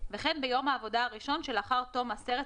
וכן ביום העבודה הראשון שלאחר תום עשרת